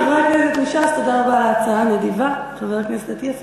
חברי הכנסת מש"ס.